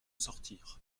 sortir